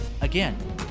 again